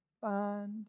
find